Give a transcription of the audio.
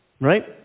right